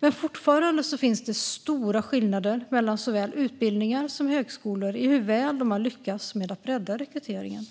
Men fortfarande finns det stora skillnader mellan såväl utbildningar som högskolor i hur väl de har lyckats med att bredda rekryteringen.